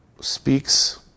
Speaks